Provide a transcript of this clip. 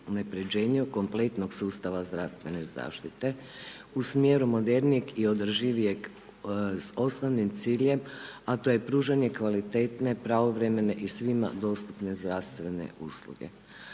kompletnog sustava zdravstvene zaštite u smjeru modernijeg i održivijeg s osnovnim ciljem, a to je pružanje kvalitetne, pravovremene i svima dostupne zdravstvene usluge.